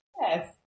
Yes